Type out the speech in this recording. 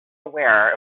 aware